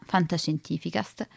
Fantascientificast